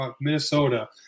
Minnesota